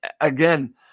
Again